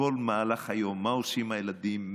בכל מהלך היום: מה עושים הילדים,